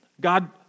God